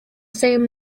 same